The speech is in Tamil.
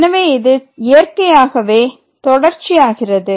எனவே இது இயற்கையாகவே தொடர்ச்சியாகிறது